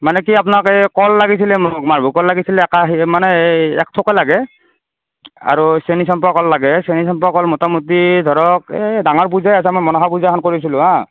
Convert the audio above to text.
মানে কি আপোনাক এই কল লাগিছিলে মোক মালভোগ কল লাগিছিলে এক আশী মানে এই এক থোকা লাগে আৰু চেনীচম্পা কল লাগে চেনীচম্পা কল মোটামুটি ধৰক এই ডাঙৰ পূজাই আছে আমাৰ মনসা পূজাখন কৰিছিলোঁ হা